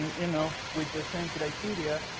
you know, with the same criteria,